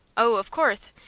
oh, of courth,